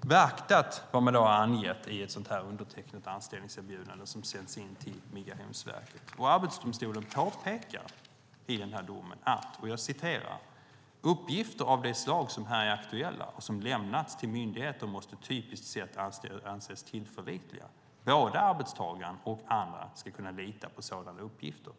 beaktat vad som har angetts i ett undertecknat anställningserbjudande som har sänts in till Migrationsverket. Arbetsdomstolen påpekar i domen att uppgifter av det slag som är aktuella och som lämnats till myndigheten måste typiskt sett anses tillförlitliga. Både arbetstagaren och andra ska kunna lita på sådana uppgifter.